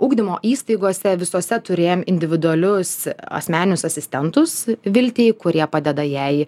ugdymo įstaigose visose turėjom individualius asmeninius asistentus viltei kurie padeda jai